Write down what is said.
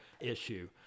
issue